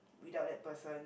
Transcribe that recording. without that person